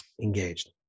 engaged